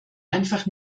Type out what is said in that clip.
einfach